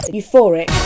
Euphoric